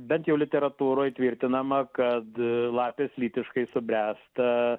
bent jau literatūroje tvirtinama kad lapės lytiškai subręsta